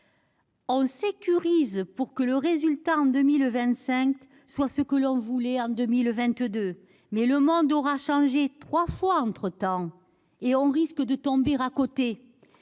On sécurise pour que le résultat en 2025 soit ce que l'on voulait en 2022, mais le monde aura changé trois fois entre-temps et on risque de tomber à côté.